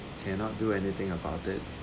cannot do anything about it